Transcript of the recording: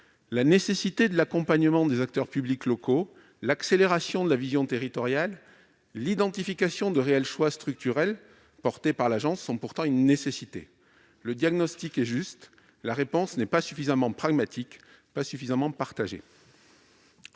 en place. L'accompagnement des acteurs publics locaux, l'accélération de la vision territoriale, l'identification de réels choix structurels portés par l'agence sont pourtant des nécessités. Le diagnostic est juste, mais la réponse n'est ni suffisamment pragmatique, ni partagée.